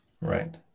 Right